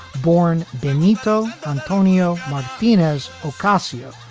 born benito antonio martinez ocasio,